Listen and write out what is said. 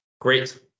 Great